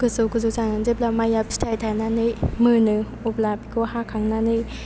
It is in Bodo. गोजौ गोजौ जानानै जेब्ला माइआ फिथाइ थाइनानै मोनो अब्ला बेखौ हाखांनानै